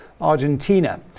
Argentina